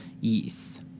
yes